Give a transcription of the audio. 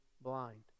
blind